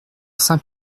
saint